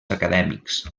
acadèmics